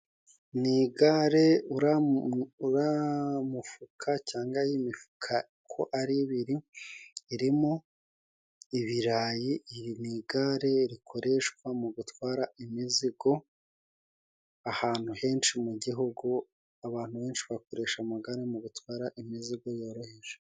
Ni igare uriya mufuka cyangwa imifuka uko ari ibiri. Irimo ibirayi iri mu igare rikoreshwa mu gutwara imizigo ahantu henshi mu gihugu, abantu benshi bakoresha amagare, mu gutwara imizigo yoroheje.